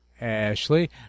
Ashley